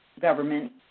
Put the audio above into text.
government